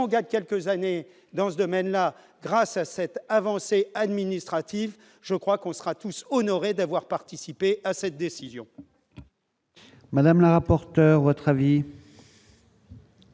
on gagne quelques années dans ce domaine-là, grâce à cette avancée administrative, je crois qu'on sera tous honorés d'avoir participé à cette décision.